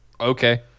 okay